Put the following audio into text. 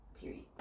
period